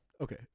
okay